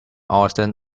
austen